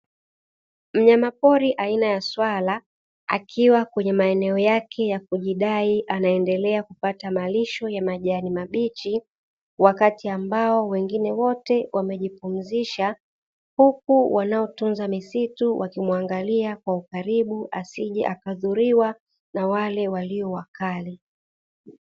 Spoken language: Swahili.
Mnyamapori aina ya swala akiwa kwenye maeneo yake ya kujidai anaendelea kupata malisho ya majani mabichi wakati ambao wengine wote wamejipumzisha, huku wanaotunza misitu wakimwangalia kwa ukaribu asije akadhuriwa na wale walio wakali.